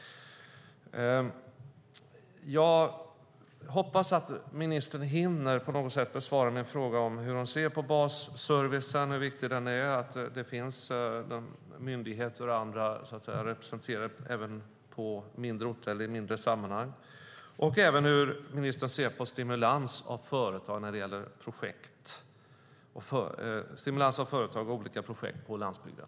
Jag hoppas att ministern på något sätt hinner besvara mina frågor. Hur ser hon på basservice och hur viktigt det är att det finns myndigheter och andra representerade även på mindre orter eller i mindre sammanhang? Hur ser hon på stimulans av företag och olika projekt på landsbygden?